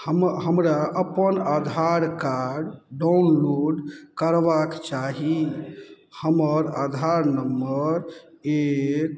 हमर हमरा अपन आधार कार्ड डाउनलोड करबाक चाही हमर आधार नम्बर एक